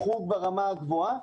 חוג ברמה הגבוהה.